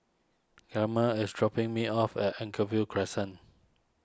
Camille is dropping me off at Anchorvale Crescent